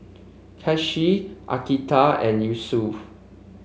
Kasih Atiqah and Yusuf